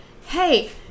hey